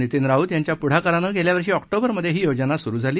नितीन राऊत यांच्या पुढाकारानं गेल्या वर्षी ऑक्टोबरमध्ये ही योजना सुरू झाली